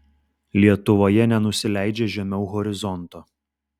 lietuvoje nenusileidžia žemiau horizonto